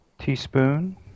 Teaspoon